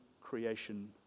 creation